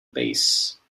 base